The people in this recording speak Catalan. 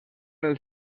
els